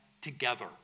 together